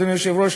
אדוני היושב-ראש,